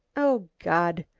oh god,